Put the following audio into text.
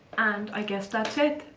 and. i guess that's it!